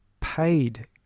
paid